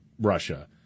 Russia